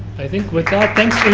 i think with that thanks